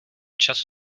čas